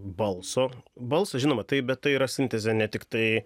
balso balso žinoma taip bet tai yra sintezė ne tiktai